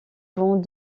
vont